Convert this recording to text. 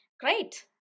Great